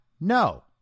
No